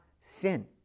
sin